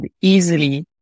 easily